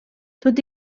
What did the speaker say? tot